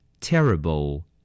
Terrible